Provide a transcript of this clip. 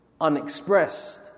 unexpressed